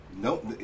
Nope